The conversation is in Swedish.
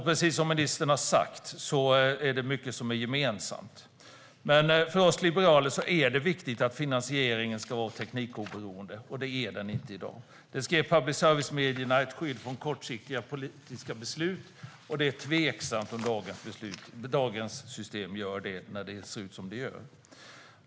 Precis som ministern har sagt är det mycket som är gemensamt i synen på det här, men för oss liberaler är det viktigt att finansieringen ska vara teknikoberoende, och det är den inte i dag. Den ska ge public service-medierna ett skydd från kortsiktiga politiska beslut. Det är tveksamt om dagens system gör det när det ser ut som det gör.